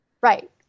Right